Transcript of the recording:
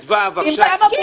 אדווה, בבקשה.